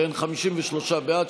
שהן 53 בעד,